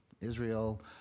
israel